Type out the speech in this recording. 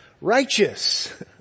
righteous